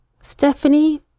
Stephanie